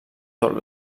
tot